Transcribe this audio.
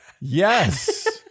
Yes